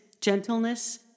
gentleness